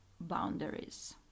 boundaries